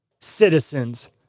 citizens